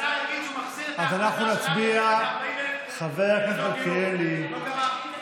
אם השר יגיד שהוא מחזיר את ההחלטה של אריה דרעי ל-45,000 יחידות דיור,